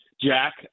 Jack